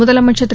முதலமைச்சா் திரு